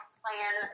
plan